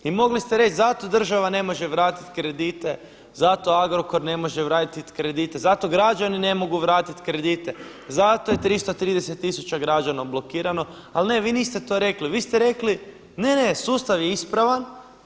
I mogli ste reći zato država ne može vratiti kredite, zato Agrokor ne može vratiti kredite, zato građani ne mogu vratiti kredite, zato je 330 tisuća građana blokirano, ali ne, vi niste to rekli, vi ste rekli, ne, ne, sustav je ispravan.